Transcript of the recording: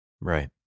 Right